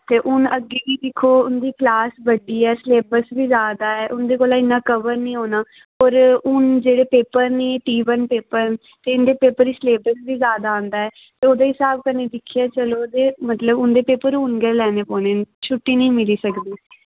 ते हून अग्गें गी दिक्खो उं'दी क्लास बड्डी ऐ स्लेबस बी जैदा ऐ उं'दे कोला इन्ना कवर निं होना पर हून जेह्ड़े पेपर न एह् टी वन पेपर न ते इं'दे पेपर ई स्लेबस बी जैदा औॆदा ऐ ते ओह्दे स्हाब कन्नै दिक्खियै चलो ते मतलब उं'दे पेपर हून गै लैने पौने न छुट्टी निं मिली सकदी